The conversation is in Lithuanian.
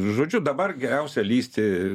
žodžiu dabar geriausia lįsti